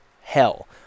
hell